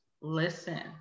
Listen